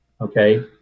okay